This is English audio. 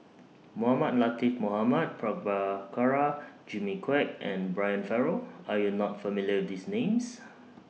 Mohamed Latiff Mohamed Prabhakara Jimmy Quek and Brian Farrell Are YOU not familiar These Names